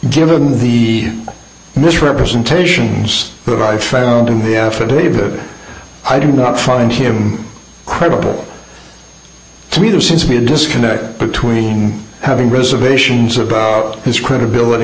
given the misrepresentations that i found in the affidavit i do not find him credible to me there seems to be a disconnect between having reservations about his credibility